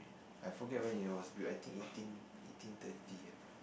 I forget when it was built I think eighteen eighteen thirty ah